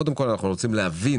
קודם כל אנחנו רוצים להבין